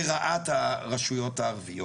לרעת הרשויות הערביות,